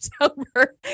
October